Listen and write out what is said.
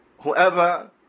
Whoever